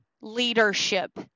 leadership